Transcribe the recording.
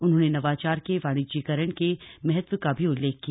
उन्होंने नवाचार के वाणिज्यीकरण के महत्व का भी उल्लेख किया